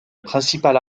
principale